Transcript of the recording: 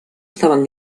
estaven